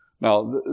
Now